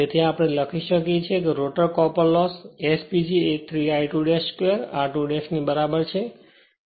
તેથી અહીં આપણે લખી શકીએ કે rotor copper loss S PG એ 3 I2 2 r2 ની બરાબર છે